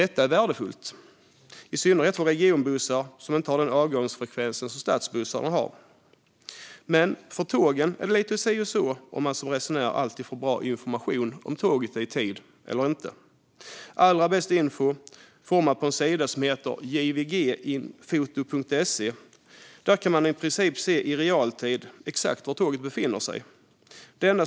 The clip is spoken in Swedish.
Detta är värdefullt, i synnerhet för regionbussar som inte har den avgångsfrekvens som stadsbussar vanligen har. När det gäller tåg är det däremot lite si och så med bra information om tåget är i tid eller inte. Allra bäst info får man på en sida som heter jvgfoto.se. Där kan man i princip i realtid se exakt var tåget befinner sig.